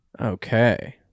Okay